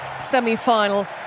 semi-final